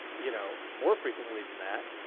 you know, more frequently than that,